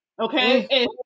Okay